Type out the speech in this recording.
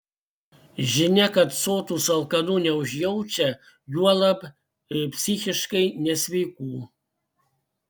žinia kad sotūs alkanų neužjaučia juolab psichiškai nesveikų